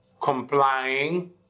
complying